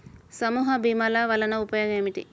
సమూహ భీమాల వలన ఉపయోగం ఏమిటీ?